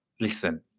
Listen